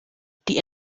die